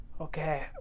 okay